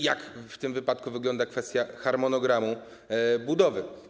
Jak w tym wypadku wygląda kwestia harmonogramu budowy?